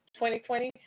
2020